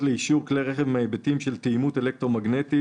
לאישור כלי רכב מהיבטים של תאימות אלקטרומגנטית,